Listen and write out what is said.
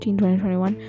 2021